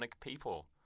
people